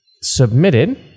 submitted